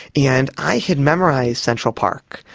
and i had memorised central park,